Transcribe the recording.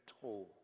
told